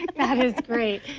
and that is great.